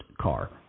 car